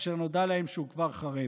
כאשר נודע להם שהוא כבר חרב.